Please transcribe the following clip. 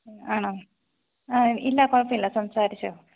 ആണോ ആ ഇല്ല കുഴപ്പമില്ല സംസാരിച്ചോ